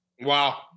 Wow